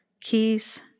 keys